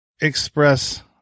express